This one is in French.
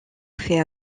fait